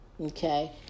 okay